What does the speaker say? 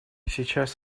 сейчас